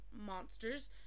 monsters